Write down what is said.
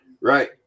Right